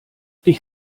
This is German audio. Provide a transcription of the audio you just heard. dich